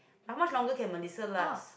how much longer can Mellisa last